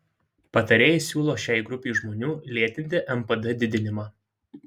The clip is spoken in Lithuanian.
patarėjai siūlo šiai grupei žmonių lėtinti npd didinimą